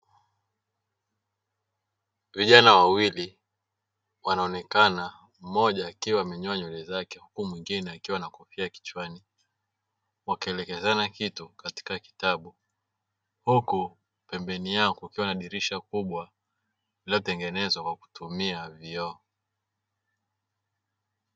Vijana wawili wanaonekana mmoja akiwa amenyoa nywele zake huku mwingine akiwa na kofia kichwani wakielekezana kitu katika kitabu huku pembeni yao kukiwa na dirisha kubwa lililotengenezwa kwa kutumia vioo.